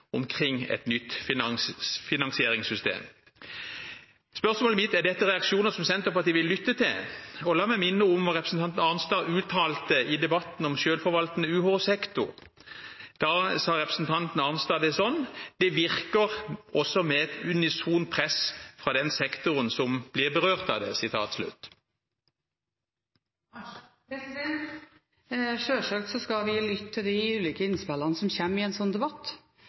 omkring et nytt finansieringssystem. Spørsmålet mitt er: Er dette reaksjoner som Senterpartiet vil lytte til? La meg minne om hva representanten Arnstad uttalte i debatten om en selvforvaltende UH-sektor. Da sa representanten Arnstad det slik: «Det virker også med et unisont press fra den sektoren som blir berørt av det.» Sjølsagt skal vi lytte til de ulike innspillene som kommer i en slik debatt,